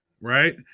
right